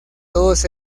todos